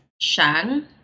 Shang